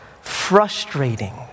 frustrating